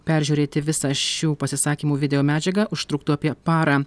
peržiūrėti visą šių pasisakymų video medžiagą užtruktų apie parą